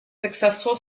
successful